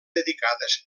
dedicades